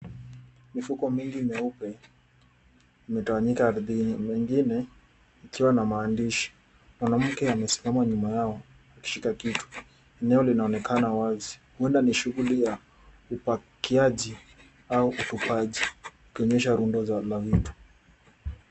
Mifuko mingi myeupe imetawanyika ardhini mingine ikiwa na maandishi. Mwanamke amesimama nyuma yao akishika kitu. Eneo linaonekana wazi huenda ni shughuli ya upakiaji au utupaji ikionyesha rundo la vitu.